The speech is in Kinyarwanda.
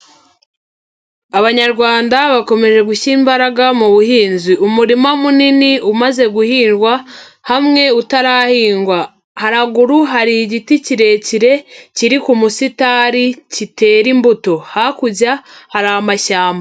Abanyarwanda bakomeje gushyira imbaraga mu buhinzi. Umurima munini umaze guhingwa, hamwe utarahingwa. Haraguru hari igiti kirekire kiri ku musitari kitera imbuto. Hakurya hari amashyamba.